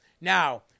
Now